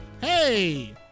hey